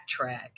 backtrack